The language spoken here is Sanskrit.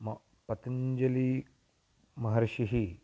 म पतञ्जलि महर्षिः